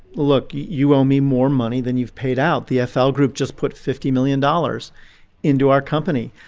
look you owe me more money than you've paid out. the fl group just put fifty million dollars into our company.